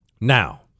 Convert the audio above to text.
Now